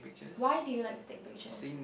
why do you like to take pictures